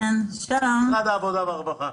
משרד העבודה והרווחה.